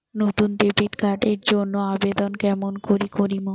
নতুন debit card এর জন্যে আবেদন কেমন করি করিম?